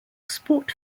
sport